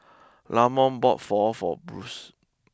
Lamont bought Pho for Bruce